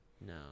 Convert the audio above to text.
No